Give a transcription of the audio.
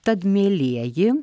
tad mielieji